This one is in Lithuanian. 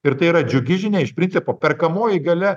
ir tai yra džiugi žinia iš principo perkamoji galia